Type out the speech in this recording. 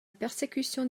persécution